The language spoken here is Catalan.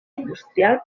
industrial